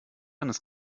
eines